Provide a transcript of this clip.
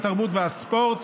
התרבות והספורט